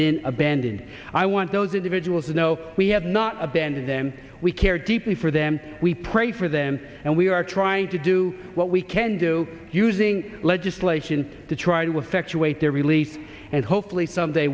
been abandoned i want those individuals to know we have not abandoned them we care deeply for them we pray for them and we are trying to do what we can do think legislation to try to effect to wait their release and hopefully someday